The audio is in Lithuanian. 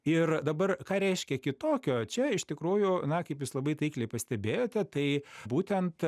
ir dabar ką reiškia kitokio čia iš tikrųjų na kaip jūs labai taikliai pastebėjote tai būtent